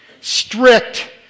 strict